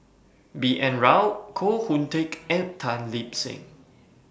B N Rao Koh Hoon Teck and Tan Lip Seng